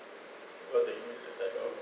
oh take immediate effect oh